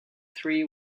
three